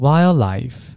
Wildlife